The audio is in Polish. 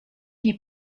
nie